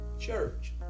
church